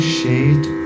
shade